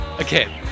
okay